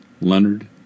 Leonard